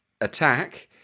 attack